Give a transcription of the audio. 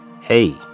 Hey